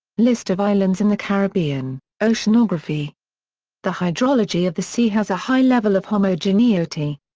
list of islands in the caribbean oceanography the hydrology of the sea has a high level of homogeneity.